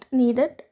needed